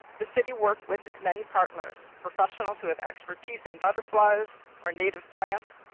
the city worked with its many partners. professionals who have expertise in butterflies or native plants,